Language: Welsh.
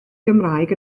gymraeg